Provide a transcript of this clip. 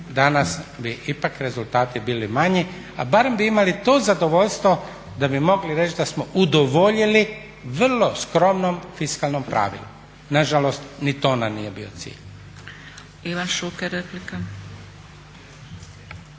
danas bi ipak rezultati bili manji ali barem bi imali to zadovoljstvo da bi mogli reći da smo udovoljili vrlo skromnom fiskalnom pravilu. Nažalost ni to nam nije bio cilj.